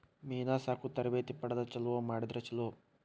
ಮೇನಾ ಸಾಕು ತರಬೇತಿ ಪಡದ ಚಲುವ ಮಾಡಿದ್ರ ಚುಲೊ